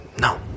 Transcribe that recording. No